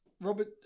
Robert